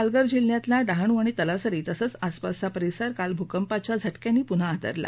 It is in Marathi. पालघर जिल्ह्यातला डहाणू आणि तलासरी तसेच आसपासचा परिसर काल भूकंपाच्या झटक्यांनी पुन्हा हादरला